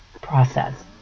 process